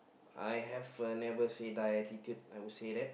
I have a never say die attitude I will say that